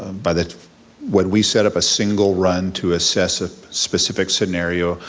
um but when we set up a single run to assess a specific scenario,